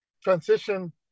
Transition